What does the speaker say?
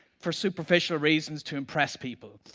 for superficial reasons to impress people.